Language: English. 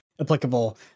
applicable